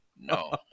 No